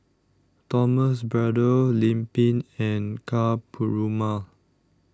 Thomas Braddell Lim Pin and Ka Perumal